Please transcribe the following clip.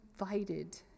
invited